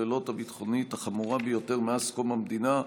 הביטחונית החמורה ביותר מאז קום המדינה,